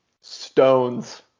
stones